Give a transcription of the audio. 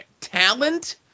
talent